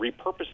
repurpose